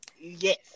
Yes